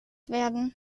werden